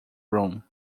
room